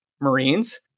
Marines